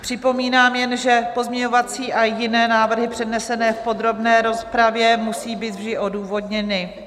Připomínám jen, že pozměňovací a jiné návrhy přednesené v podrobné rozpravě musí být vždy odůvodněny.